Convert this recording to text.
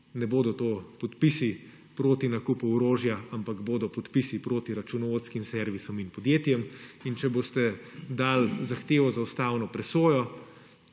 ne bodo podpisi proti nakupu orožja, ampak bodo podpisi proti računovodskim servisom in podjetjem, in če boste dali zahtevo za ustavno presojo,